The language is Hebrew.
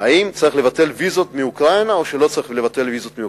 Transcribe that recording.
אם צריך לבטל ויזות מאוקראינה או שלא צריך לבטל ויזות מאוקראינה.